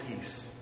peace